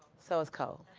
so it's cold.